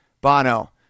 Bono